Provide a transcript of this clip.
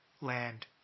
land